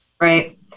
Right